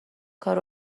کار